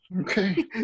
Okay